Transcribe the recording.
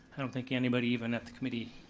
i don't think anybody even at the committee